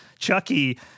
chucky